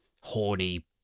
horny